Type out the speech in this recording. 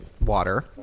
water